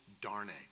Darnay